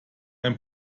ein